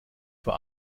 vor